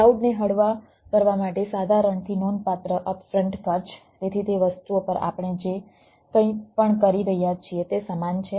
કલાઉડને હળવા કરવા માટે સાધારણથી નોંધપાત્ર અપ ફ્રન્ટ ખર્ચ તેથી તે વસ્તુઓ પર આપણે જે કંઈ પણ કરી રહ્યા છીએ તે સમાન છે